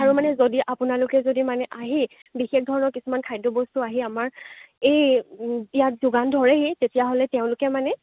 আৰু মানে যদি আপোনালোকে যদি মানে আহি বিশেষ ধৰণৰ কিছুমান খাদ্য বস্তু আহি আমাৰ এই ইয়াত যোগান ধৰেহি তেতিয়াহ'লে তেওঁলোকে মানে